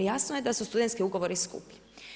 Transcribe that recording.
Jasno je da su studentski ugovori skuplji.